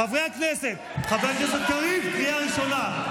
חברי הכנסת, חבר הכנסת קריב, קריאה ראשונה.